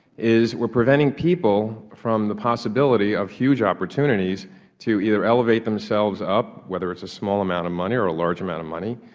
is we are preventing people from the possibility of huge opportunities to either elevate themselves up, whether it is a small amount of money or a large amount of money,